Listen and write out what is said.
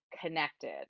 connected